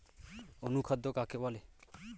অনুখাদ্য কাকে বলে?